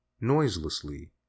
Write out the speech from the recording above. noiselessly